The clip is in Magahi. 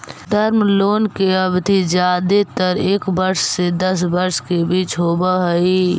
टर्म लोन के अवधि जादेतर एक वर्ष से दस वर्ष के बीच होवऽ हई